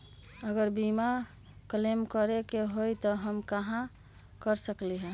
अगर बीमा क्लेम करे के होई त हम कहा कर सकेली?